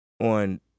on